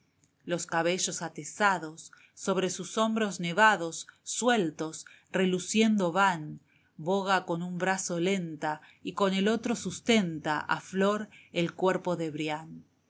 los cabellos atezados sobre sus hombros nevados sueltos reluciendo van boga con un brazo lenta y con el otro sustenta a flor el cuerpo de brian